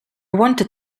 wanted